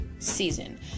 season